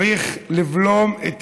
צריך לבלום את